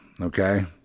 Okay